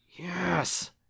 yes